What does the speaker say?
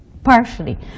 partially